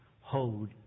hold